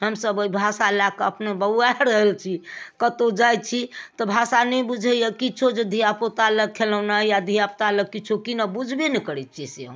हमसब ओहि भाषा लै के अपने बौआए रहल छी कतहुँ जाइत छी तऽ भाषा नहि बुझाइए किछु जे धिआ पूता लऽ खिलौना या धिआ पूता लऽ किछु कीनब बुझबे नहि करैत छियै से हम